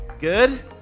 Good